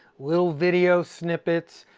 little video snippets,